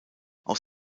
aus